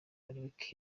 rick